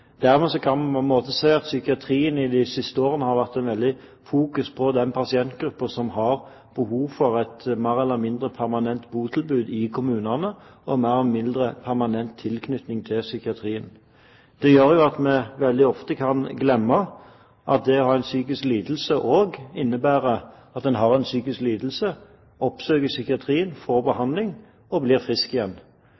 Dermed kan vi på en måte si at i psykiatrien i de siste årene har det vært et veldig fokus på den pasientgruppen som har behov for et mer eller mindre permanent botilbud i kommunene og en mer eller mindre permanent tilknytning til psykiatrien. Det gjør at vi veldig ofte kan glemme at det å ha en psykisk lidelse også innebærer at en har en psykisk lidelse, oppsøker psykiatrien,